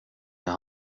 jag